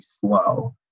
slow